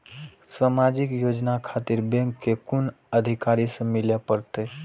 समाजिक योजना खातिर बैंक के कुन अधिकारी स मिले परतें?